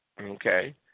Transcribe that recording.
okay